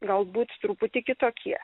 galbūt truputį kitokie